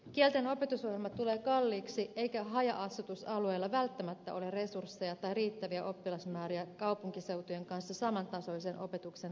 kielten opetusohjelma tulee kalliiksi eikä haja asutusalueilla välttämättä ole resursseja tai riittäviä oppilasmääriä kaupunkiseutujen kanssa saman tasoisen opetuksen tarjoamiseen